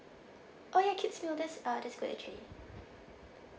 oh ya kids meal that's uh that's great actually